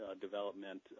development